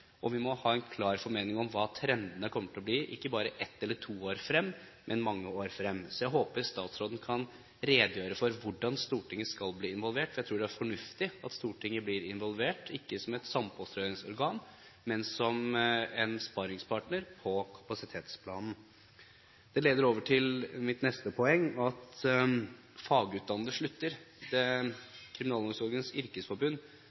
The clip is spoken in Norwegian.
og vi må ha en klar formening om hva trendene kommer til å bli – ikke bare ett eller to år frem i tid, men mange år fremover. Jeg håper statsråden kan redegjøre for hvordan Stortinget skal bli involvert, for jeg tror det er fornuftig at Stortinget blir involvert – ikke som et sandpåstrøingsorgan, men som en sparringpartner for kapasitetsplanen. Det leder over på mitt neste poeng, at fagutdannede slutter. Kriminalomsorgens Yrkesforbund